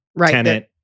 tenant